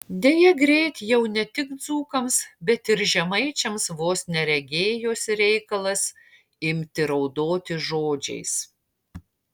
deja greit jau ne tik dzūkams bet ir žemaičiams vos ne regėjosi reikalas imti raudoti žodžiais